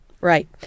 right